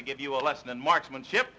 to give you a lesson in marksmanship